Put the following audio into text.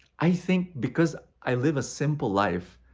i think because i live a simple life,